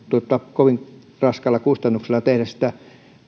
kovin raskailla kustannuksilla tehdä sitä